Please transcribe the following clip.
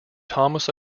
thomas